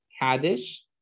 Kaddish